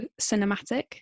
cinematic